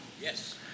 Yes